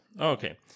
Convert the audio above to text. Okay